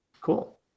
Cool